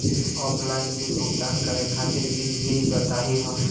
Offline bill भुगतान करे खातिर विधि बताही हो?